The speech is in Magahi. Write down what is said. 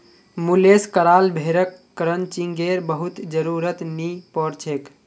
मुलेस कराल भेड़क क्रचिंगेर बहुत जरुरत नी पोर छेक